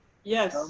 yes.